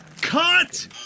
Cut